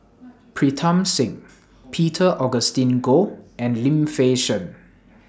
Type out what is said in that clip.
Pritam Singh Peter Augustine Goh and Lim Fei Shen